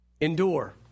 Endure